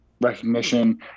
recognition